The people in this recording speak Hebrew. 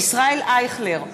ישראל אייכלר,